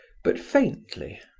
but faintly,